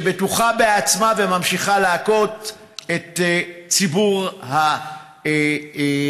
שבטוחה בעצמה וממשיכה להכות את ציבור העסקים.